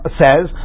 says